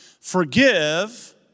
forgive